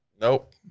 Nope